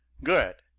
good!